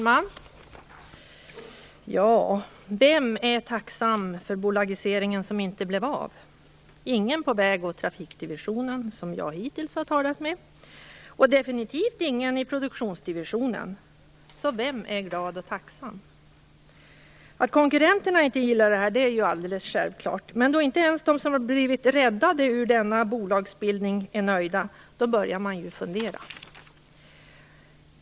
Fru talman! Vem är tacksam för den bolagisering som inte blev av? Ingen av dem vid väg och trafikdivisionen som jag hittills har talat med och definitivt ingen vid produktionsdivisionen. Så vem är glad och tacksam? Att konkurrenterna inte gillar detta är ju alldeles självklart. Men när inte ens de som har blivit räddade från denna bolagsbildning är nöjda, börjar man ju fundera.